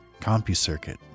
CompuCircuit